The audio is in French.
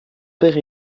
père